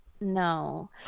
No